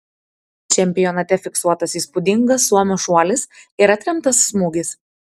čempionate fiksuotas įspūdingas suomio šuolis ir atremtas smūgis